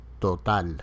Total